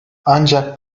ancak